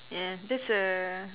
eh that's a